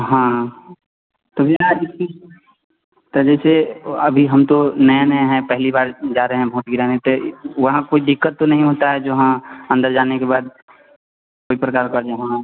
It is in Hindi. हाँ तो बिना रिस्की तो जैसे ओ अभी हम तो नया नया है पहली बार जा रहे हैं भोट गिराने ते वहाँ कोई दिक्कत तो नहीं होती है जहाँ अंदर जाने के बाद कोई प्रकार का वहाँ